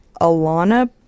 Alana